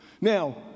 Now